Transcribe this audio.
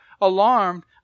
alarmed